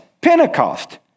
Pentecost